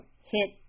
hit